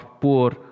poor